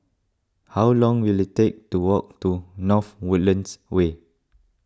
how long will it take to walk to North Woodlands Way